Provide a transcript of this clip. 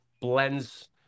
blends